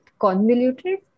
Convoluted